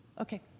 Okay